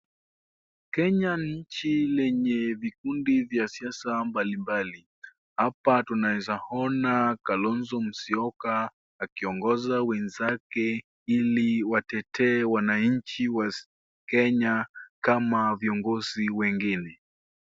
Kenya ni nchi lenye vikundi vya siasa mbalimbali. Hapa tunaweza ona Kalonzo Musiyoka akiongoza wenzake ili watetee wananchi wa Kenya kama viongozi wengine.